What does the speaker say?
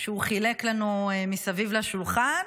מנוילן, והוא חילק לנו מסביב לשולחן.